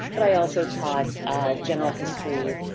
but i also taught general history,